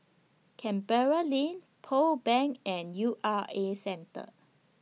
Canberra Lane Pearl Bank and U R A Centre